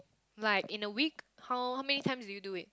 like in a week how how many times will you do it